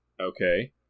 Okay